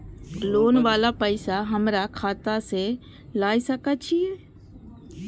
Loan वाला पैसा हमरा खाता से लाय सके छीये?